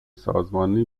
سازمانی